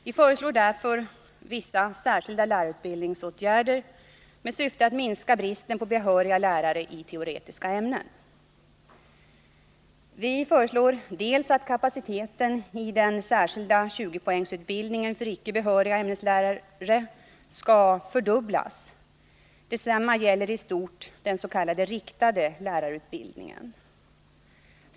Vi föreslår därför vissa särskilda lärarutbildningsåtgärder med syfte att minska bristen på behöriga lärare i teoretiska ämnen. Vi föreslår att kapaciteten i den särskilda 20-poängsutbildningen för icke behöriga ämneslärare skall fördubblas. Detsamma gäller i stort den s.k. riktade lärarutbildningen.